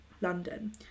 London